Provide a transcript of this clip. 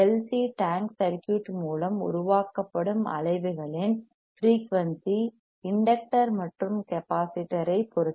C tank circuit மூலம் உருவாக்கப்படும் அலைவுகளின் ஃபிரீயூன்சி இண்டக்டர் மற்றும் கெப்பாசிட்டர் ஐப் பொறுத்தது